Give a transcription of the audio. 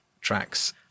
tracks